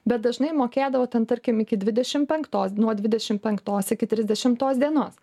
bet dažnai mokėdavo ten tarkim iki dvidešim penktos nuo dvidešim penktos iki trisdešimtos dienos